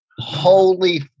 holy